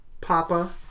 Papa